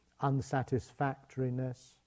unsatisfactoriness